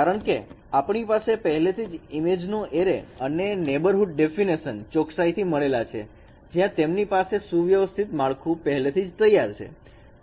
કારણકે આપણી પાસે પહેલેથી જ ઇમેજનો એરે અને નેબરહુડ ડેફીનેશન ચોકસાઇથી મળેલા છે જ્યાં તેમની પાસે સુવ્યવસ્થિત માળખું તૈયાર છે